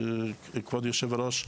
כבוד יושב הראש,